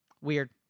Weird